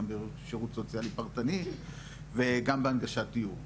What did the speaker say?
גם בשירות סוציאלי פרטני וגם בהנגשת דיור,